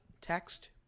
text